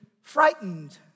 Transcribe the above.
frightened